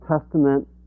Testament